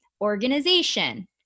organization